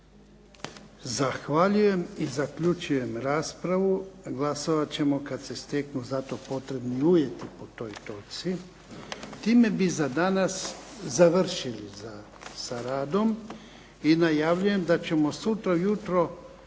Zahvaljujem. I zaključujem raspravu. Glasovat ćemo kad se steknu za to potrebni uvjeti po toj točci. Time bi za danas završili s radom. I najavljujem da ćemo sutra ujutro